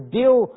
deal